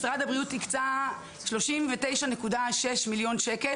משרד הבריאות הקצה 39,600,000 ש"ח,